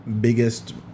biggest